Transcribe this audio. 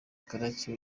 karake